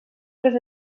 les